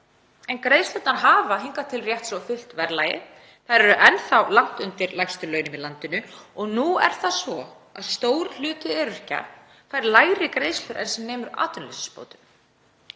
en greiðslurnar hafa hingað til rétt svo fylgt verðlagi. Þær eru enn þá langt undir lægstu launum í landinu og nú er það svo að stór hluti öryrkja fær lægri greiðslur en sem nemur atvinnuleysisbótum.